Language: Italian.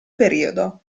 periodo